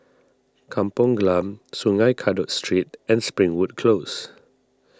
Kampung Glam Sungei Kadut Street and Springwood Close